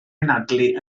anadlu